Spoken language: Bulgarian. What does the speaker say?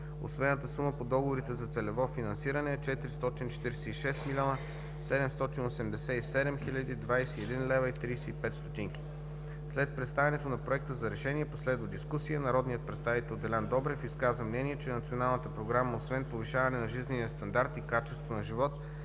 усвоената сума по договорите за целево финансиране е 446 787 021,35 лв. След представянето на Проекта за решение последва дискусия. Народният представител Делян Добрев изказа мнение, че Националната програма освен повишаване на жизнения стандарт и качество на живот